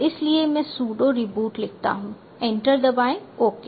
इसलिए मैं sudo reboot लिखता हूं एंटर दबाएं ओके